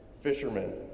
fishermen